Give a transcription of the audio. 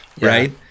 right